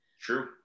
True